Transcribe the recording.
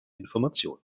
information